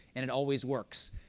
and it always works.